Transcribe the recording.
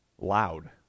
loud